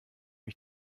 ich